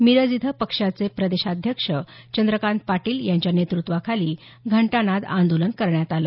मिरज इथं पक्षाचे प्रदेशाध्यक्ष चंद्रकांत पाटील यांच्या नेतृत्वाखाली घटानाद आदोलन करण्यात आलं